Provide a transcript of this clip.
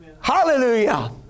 Hallelujah